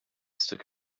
stick